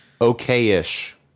okay-ish